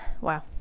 wow